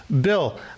Bill